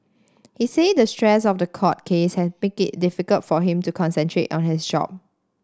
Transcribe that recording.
he said the stress of the court case has made it difficult for him to concentrate on his job